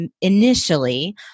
initially